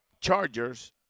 Chargers